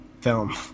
film